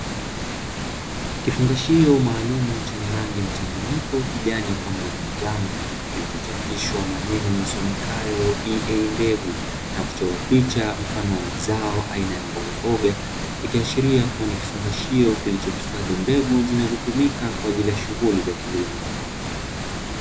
Kifungashio maalumu chenye rangi mchanganyiko kijani pamoja na manyano kilichochapishwa maneno yasomekayo "EA mbegu" na kuchorwa picha mfano wa mazao aina ya mbogamboga ikiashiria kuwa ni kifungashio kilichohifadhi mbegu zinazotumika kwa ajili ya shughuli za kilimo.